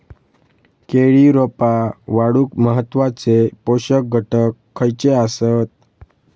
केळी रोपा वाढूक महत्वाचे पोषक घटक खयचे आसत?